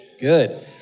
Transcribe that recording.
Good